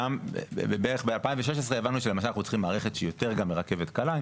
בערך ב-2016 הבנו שאנחנו צריכים מערכת שהיא יותר מרכבת קלה,